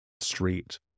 street